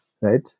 right